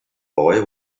boy